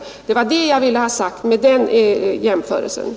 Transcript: Det var det jag ville ha sagt med jämförelsen.